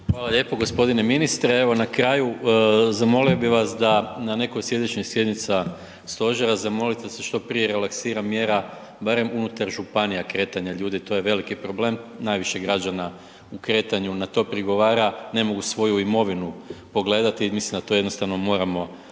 Hvala lijepo g. ministre, evo na kraju zamolio bi vas da na nekoj od slijedećih sjednica stožera zamolite da se što prije relaksira mjera barem unutar županija kretanja ljudi, to je veliki problem, najviše građana u kretanju na to prigovara, ne mogu svoju imovinu pogledati, mislim da to jednostavno moramo